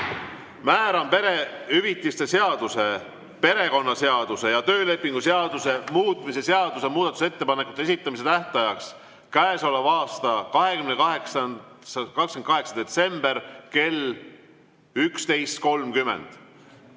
Määran perehüvitiste seaduse, perekonnaseaduse ja töölepingu seaduse muutmise seaduse muudatusettepanekute esitamise tähtajaks käesoleva aasta 28. detsembri kell 11.30.Head